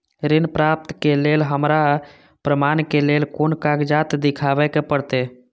ऋण प्राप्त के लेल हमरा प्रमाण के लेल कुन कागजात दिखाबे के परते?